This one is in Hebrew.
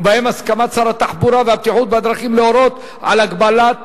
ובהם הסמכת שר התחבורה והבטיחות בדרכים להורות על הגבלת